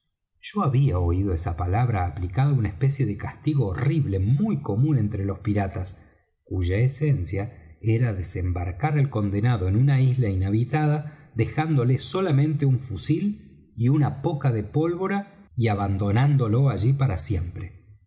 yo había oído esa palabra aplicada á una especie de castigo horrible muy común entre los piratas cuya esencia era desembarcar al condenado en una isla inhabitada dejándole solamente un fusil y una poca de pólvora y abandonándolo allí para siempre